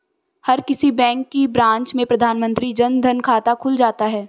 हर किसी बैंक की ब्रांच में प्रधानमंत्री जन धन खाता खुल जाता है